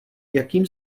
jakým